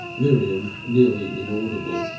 miriam, nearly inaudible,